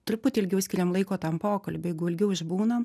truputį ilgiau skiriam laiko tam pokalbiui jeigu ilgiau išbūnam